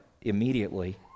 immediately